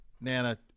Nana